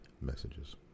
messages